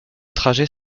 trajet